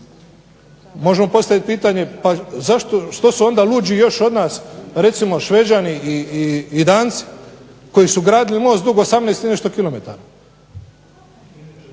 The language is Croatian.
Možemo postaviti pitanje što su onda luđi od nas Šveđani i Danci koji su gradili most dug 18 i nešto km.